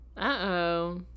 Uh-oh